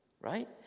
right